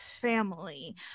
family